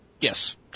Yes